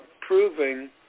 proving